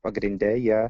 pagrinde jie